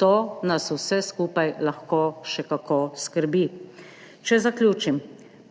To nas vse skupaj lahko še kako skrbi. Če zaključim,